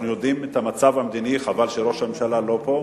אנחנו יודעים את המצב המדיני חבל שראש הממשלה לא פה,